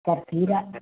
sir ತೀರಾ